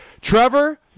Trevor